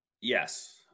yes